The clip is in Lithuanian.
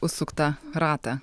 užsuktą ratą